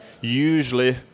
Usually